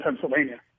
Pennsylvania